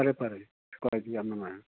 ꯐꯔꯦ ꯐꯔꯦ ꯌꯥꯝ ꯅꯨꯡꯉꯥꯏꯔꯦ